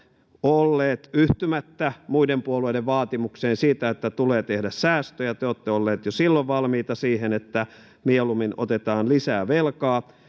olleet yhtymättä muiden puolueiden vaatimukseen siitä että tulee tehdä säästöjä te olette olleet jo silloin valmiita siihen että mieluummin otetaan lisää velkaa